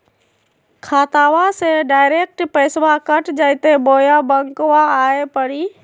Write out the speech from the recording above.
खाताबा से डायरेक्ट पैसबा कट जयते बोया बंकबा आए परी?